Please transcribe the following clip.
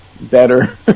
better